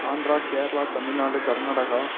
Andhra Kerala Tamil Nadu Karnataka